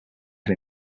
can